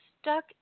stuck